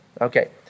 Okay